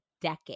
decade